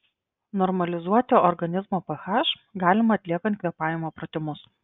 normalizuoti organizmo ph galima atliekant kvėpavimo pratimus